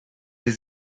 sie